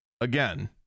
again